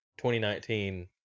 2019